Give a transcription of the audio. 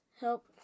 help